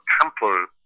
temple